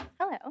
Hello